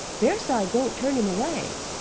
bearside won't turn him away.